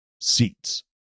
seats